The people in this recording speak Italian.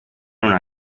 una